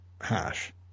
hash